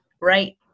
right